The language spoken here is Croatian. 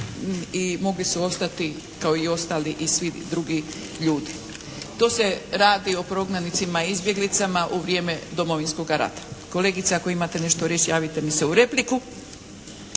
i mogli su ostati kao i ostali svi drugi ljudi. To se radi o prognanicima, izbjeglicama u vrijeme Domovinskoga rata. Kolegice ako imate nešto reći javite mi se u repliku.